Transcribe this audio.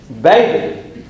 Baby